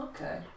Okay